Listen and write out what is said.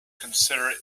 consider